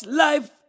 life